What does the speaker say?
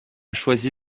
choisi